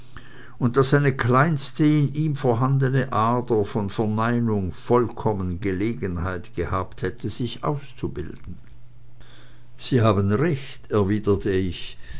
und daß eine kleinste in ihm vorhandene ader von verneinung vollkommen gelegenheit gehabt hätte sich auszubilden sie haben recht erwiderte ich